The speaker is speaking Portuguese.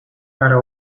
para